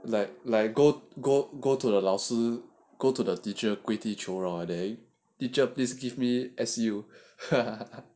like like go go go to the 老师 go to the teacher 跪地求饶 teacher please give me S_U